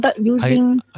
using